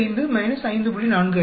75 5